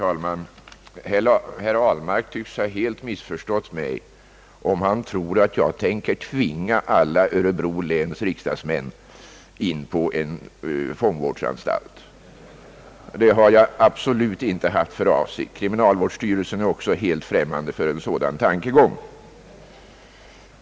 Herr talman! Herr Ahlmark tycks ha helt missförstått mig om han tror att jag tänker tvinga alla Örebro läns riksdagsmän in på en fångvårdsanstalt! Det har jag absolut inte haft för avsikt att göra. Kriminalvårdsstyrelsen är också helt främmande för en sådan tankegång.